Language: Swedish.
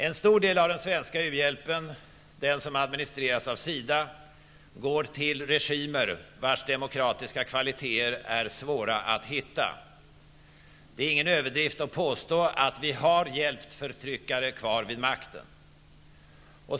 En stor del av den svenska u-hjälpen, den som administreras av SIDA, går till regimer vars demokratiska kvaliteter är svåra att hitta. Det är ingen överdrift att påstå att vi har hjälpt förtryckare kvar vid makten.